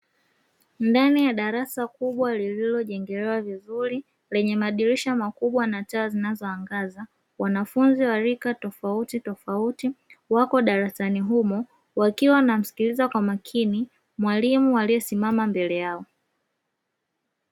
Ndani ya darasa kubwa lililojengelewa vizuri, lenye madirisha makubwa na taa zinazoangaza; wanafunzi wa rika tofautitofauti wako darasani humo, wakiwa wanamsikiliza kwa makini mwalimu aliyesimama mbele yao.